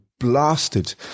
blasted